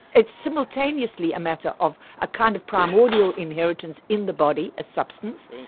it's simultaneously a matter of a kind of primordial inheritance in the body, as substance,